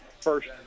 first